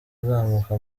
nzamuka